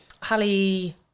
Halle